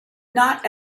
not